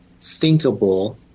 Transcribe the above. thinkable